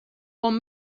com